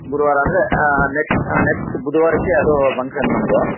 ಗುರುವಾರ ಅಂದರೆ next next ಬುಧವಾರಕ್ಕೆ ಅದು ಫಂಕ್ಷನ್ ನಮ್ಮದು